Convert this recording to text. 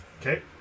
Okay